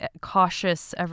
cautious